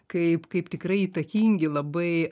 kaip kaip tikrai įtakingi labai